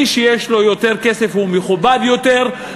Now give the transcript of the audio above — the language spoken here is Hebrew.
מי שיש לו יותר כסף הוא מכובד יותר,